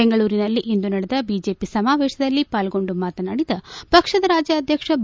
ಬೆಂಗಳೂರಿನಲ್ಲಿ ಇಂದು ನಡೆದ ಬಿಜೆಪಿ ಸಮಾವೇಶದಲ್ಲಿ ಪಾಲ್ಗೊಂಡು ಮಾತನಾಡಿದ ಪಕ್ಷದ ರಾಜ್ಗಾಧ್ವಕ್ಷ ಬಿ